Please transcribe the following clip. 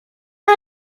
you